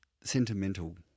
sentimental